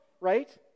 right